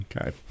Okay